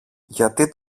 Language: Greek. γιατί